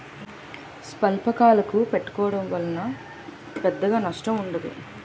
స్వల్పకాలకు పెట్టుకోవడం వలన పెద్దగా నష్టం ఉండదు